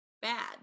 bad